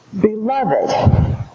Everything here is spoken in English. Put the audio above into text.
Beloved